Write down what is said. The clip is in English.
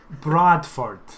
Bradford